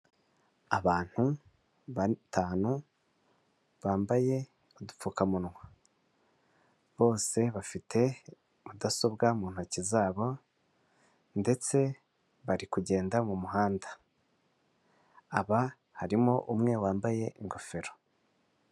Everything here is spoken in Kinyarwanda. Abantu batanu bambaye udupfukamunwa bose bafite mudasobwa mu ntoki zabo ndetse bari kugenda mu muhanda aba harimo umwe wambaye ingofero.